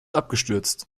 abgestürzt